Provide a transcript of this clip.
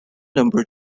number